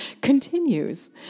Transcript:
continues